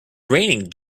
raining